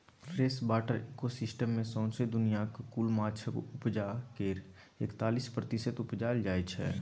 freshwater ecosystem मे सौसें दुनियाँक कुल माछक उपजा केर एकतालीस प्रतिशत उपजाएल जाइ छै